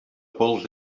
pols